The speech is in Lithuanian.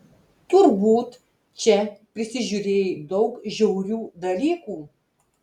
turbūt čia prisižiūrėjai daug žiaurių dalykų